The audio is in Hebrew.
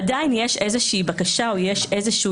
עדיין יכולה להיות איזושהי בקשה או עניין